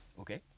Okay